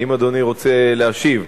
האם אדוני רוצה להשיב?